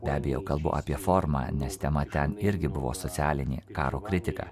be abejo kalbu apie formą nes tema ten irgi buvo socialinė karo kritika